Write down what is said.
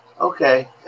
Okay